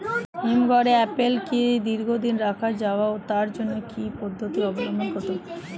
হিমঘরে আপেল কি দীর্ঘদিন রাখা যায় ও তার জন্য কি কি পদ্ধতি অবলম্বন করতে হবে?